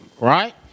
right